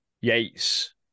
Yates